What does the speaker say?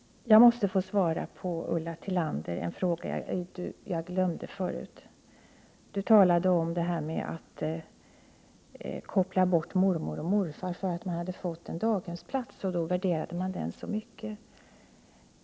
Jag måste få svara på en fråga av Ulla Tillander som jag glömde tidigare. Hon talade om att mormor och morfar kopplas bort när man har fått daghemsplats, därför att man värderar den så mycket.